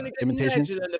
imitation